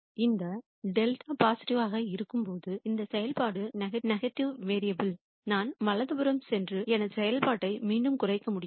இப்போது δ பாசிட்டிவ் யாக இருக்கும்போது இந்த செயல்பாடு நெகட்டிவாக வேரியபுல் னால் நான் வலதுபுறம் சென்று எனது செயல்பாட்டை மீண்டும் குறைக்க முடியும்